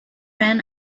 ran